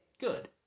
good